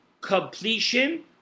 completion